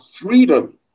freedom